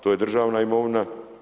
To je državna imovina.